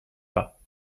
pas